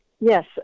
Yes